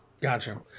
Gotcha